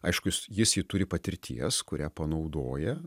aiškus jis jį turi patirties kurią panaudoja